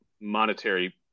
monetary